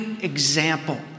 example